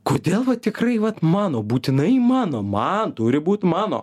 kodėl va tikrai vat mano būtinai mano man turi būt mano